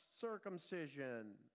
circumcision